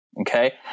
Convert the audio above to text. Okay